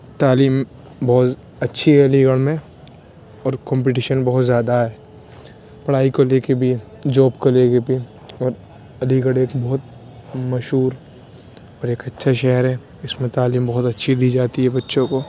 تعلیم بہت اچھی ہے علی گڑھ میں اور کمپٹیشن بہت زیادہ ہے پڑھائی کو لے کے بھی جاب کو لے کے بھی اور علی گڑھ ایک بہت مشہور اور ایک اچھا شہر ہے اس میں تعلیم بہت اچھی دی جاتی ہے بچوں کو